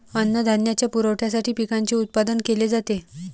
अन्नधान्याच्या पुरवठ्यासाठी पिकांचे उत्पादन केले जाते